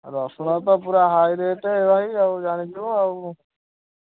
ରସୁଣ ତ ପୁରା ହାଇ ରେଟ୍ ଭାଇ ଆଉ ଜାଣିଥିବ ଆଉ